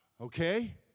okay